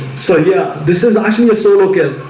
so yeah, this is actually mister. okay,